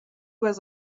was